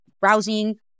browsing